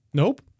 nope